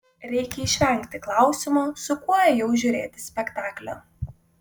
reikia išvengti klausimo su kuo ėjau žiūrėti spektaklio